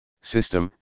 system